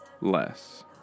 less